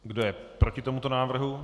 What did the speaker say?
Kdo je proti tomuto návrhu?